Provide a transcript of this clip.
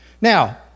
Now